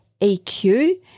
EQ